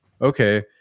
okay